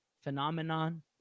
phenomenon